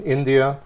India